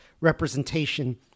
representation